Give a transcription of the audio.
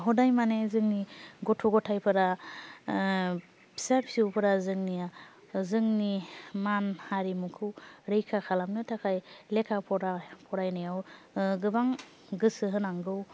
हदाय मानि जोंनि गथ' गथायफोरा फिसा फिसौफोरा जोंनि जोंनि मान हारिमुखौ रैखा खालामनो थाखाय लेखा फरा फरायनायाव गोबां गोसो होनांगौ